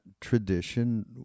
tradition